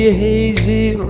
hazy